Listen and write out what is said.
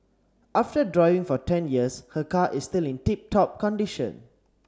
after driving for ten years her car is still in tip top condition